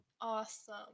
Awesome